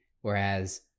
whereas